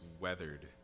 weathered